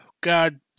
God